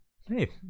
Hey